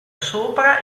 sopra